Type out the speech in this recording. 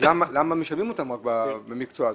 למה משלבים אותם במקצוע?